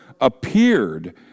appeared